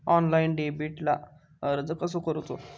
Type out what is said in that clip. Online डेबिटला अर्ज कसो करूचो?